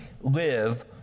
live